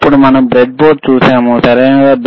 అప్పుడు మనం బ్రెడ్బోర్డ్ చూశాము సరియైనదా